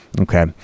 Okay